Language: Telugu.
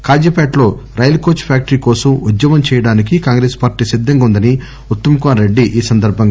ఖాజీపేటలో రైలు కోచ్ ఫ్యాక్టరీకోసం ఉద్యమం చేయడానికి కాంగ్రెస్ పార్టీ సిద్దంగా వుందని ఉత్తమ్ కుమార్ రెడ్లి అన్నారు